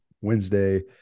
Wednesday